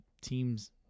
team's